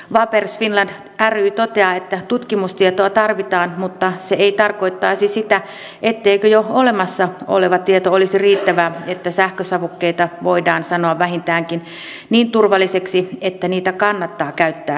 vapers finland ry toteaa että tutkimustietoa tarvitaan mutta se ei tarkoita sitä etteikö jo olemassa oleva tieto olisi riittävää että sähkösavukkeita voidaan sanoa vähintäänkin niin turvallisiksi että niitä kannattaa käyttää tupakan sijasta